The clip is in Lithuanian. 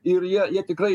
ir jie jie tikrai